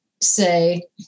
say